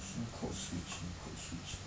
change code switching code switching